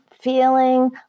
feeling